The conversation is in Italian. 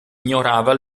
ignorava